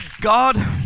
God